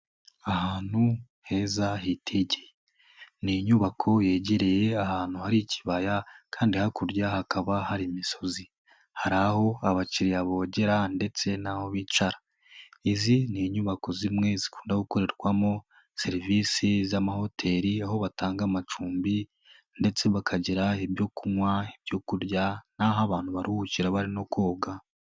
Ahantu heza, hitegeye. Ni inyubako yegereye ahantu hari ikibaya kandi hakurya hakaba hari imisozi. Hari aho abakiriya bogera ndetse n'aho bicara. Izi ni inyubako zimwe zikunda gukorerwamo serivisi z'amahoteli, aho batanga amacumbi ndetse bakagira ibyo kunywa, ibyo kurya n'aho abantu baruhukira barimo koga.